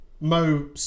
Mo